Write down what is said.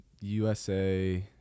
usa